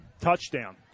touchdown